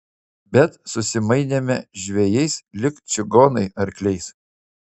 bet susimainėme žvejais lyg čigonai arkliais